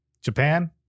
Japan